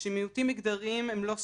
שמיעוטים מגדריים הם לא סחורה.